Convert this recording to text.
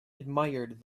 admired